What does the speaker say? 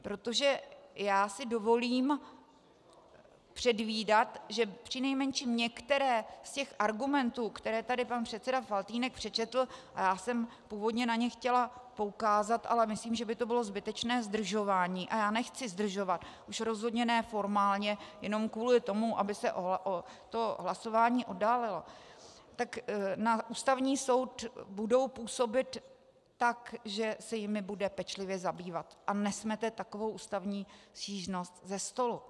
Protože já si dovolím předvídat, že přinejmenším některé z těch argumentů, které tady pan předseda Faltýnek přečetl a já jsem původně na ně chtěla poukázat, ale myslím, že by to bylo zbytečné zdržování, a já nechci zdržovat, už rozhodně ne formálně jenom kvůli tomu, aby se to hlasování oddálilo , tak na Ústavní soud budou působit tak, že se jimi bude pečlivě zabývat a nesmete takovou ústavní stížnost ze stolu.